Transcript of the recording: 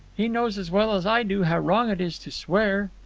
he knows as well as i do how wrong it is to swear.